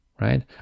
right